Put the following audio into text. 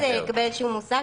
אז רק לקבל איזשהו מושג.